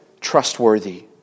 trustworthy